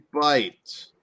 bite